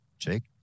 Jake